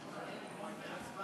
נא לשבת.